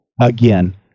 again